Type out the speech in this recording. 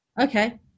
Okay